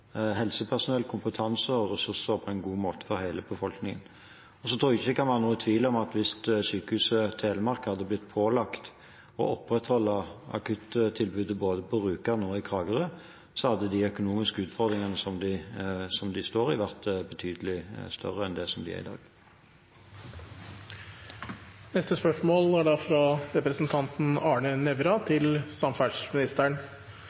helsepersonell, kompetanse og ressurser på en god måte for hele befolkningen. Jeg tror ikke det kan være noen tvil om at hvis Sykehuset Telemark hadde blitt pålagt å opprettholde akuttilbudet både på Rjukan og i Kragerø, hadde de økonomiske utfordringene de står i, vært betydelig større enn de er i dag. Vi går da